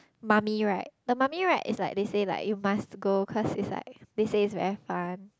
mummy ride the mummy ride is like they say like you must go cause it's like they say it's very fun